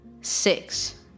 six